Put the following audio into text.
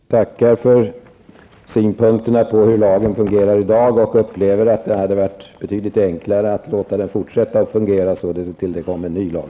Herr talman! Jag tackar för synpunkterna på hur lagen fungerar i dag. Jag upplever att det hade varit betydligt enklare att låta den fortsätta att fungera så tills det kommer en ny lag.